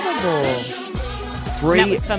Three